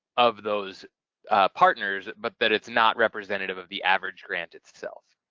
of those partners but that it's not representative of the average grant itself.